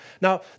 Now